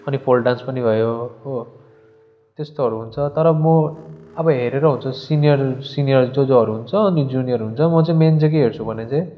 अनि folk dance पनि भयो हो त्यस्तोहरू हुन्छ तर म अब हेरेर हुन्छ सिनियर सिनियर जो जोहरू हुन्छ अनि जुनियर हुन्छ म चाहिँ मेन चाहिँ के हेर्छु भने चाहिँ